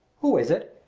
who is it?